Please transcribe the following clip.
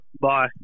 bye